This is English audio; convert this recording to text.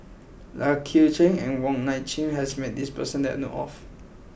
Lai Kew Chai and Wong Nai Chin has met this person that I know of